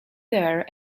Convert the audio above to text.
there